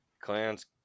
clans